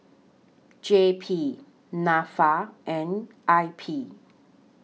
J P Nafa and I P